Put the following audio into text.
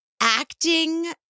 acting